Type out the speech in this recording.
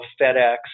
FedEx